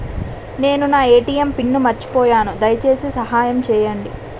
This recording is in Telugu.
నేను నా ఎ.టి.ఎం పిన్ను మర్చిపోయాను, దయచేసి సహాయం చేయండి